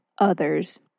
others